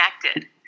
connected